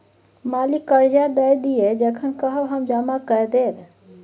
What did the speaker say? मालिक करजा दए दिअ जखन कहब हम जमा कए देब